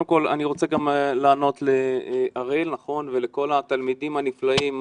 קודם כל אני רוצה לענות לאראל ולכל התלמידים הנפלאים,